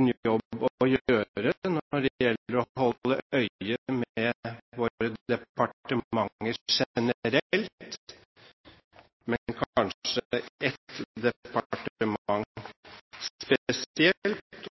en jobb å gjøre når det gjelder å holde øye med våre departementer generelt, men kanskje ett departement spesielt.